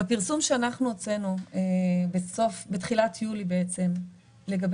בפרסום שאנחנו הוצאנו בתחילת יולי לגבי